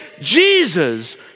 Jesus